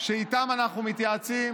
שאיתם אנחנו מתייעצים